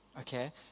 okay